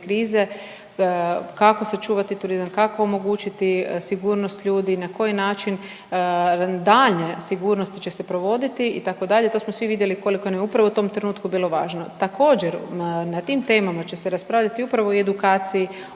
krize, kako sačuvati turizam, kako omogućiti sigurnost ljudi, na koji način daljnje sigurnosti će se provoditi itd. To smo svi vidjeli koliko nam je upravo u tom trenutku bilo važno. Također na tim temama će se raspravljati upravo i u edukaciji,